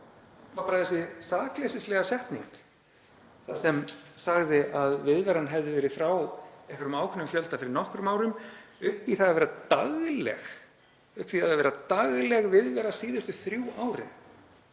og þar var þessi sakleysislega setning sem sagði að viðveran hefði verið frá einhverjum ákveðnum fjölda fyrir nokkrum árum upp í það að vera dagleg viðvera síðustu þrjú árin.